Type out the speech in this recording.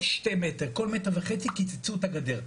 כל שני מטר, כל מטר וחצי - קיצצו את הגדר.